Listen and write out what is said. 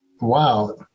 wow